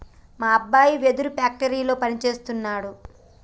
మా అబ్బాయి వెదురు ఫ్యాక్టరీలో పని సేస్తున్నాడు